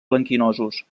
blanquinosos